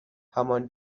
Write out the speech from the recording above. همان